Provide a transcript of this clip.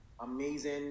Amazing